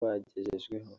bagejejweho